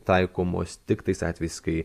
taikomos tik tais atvejais kai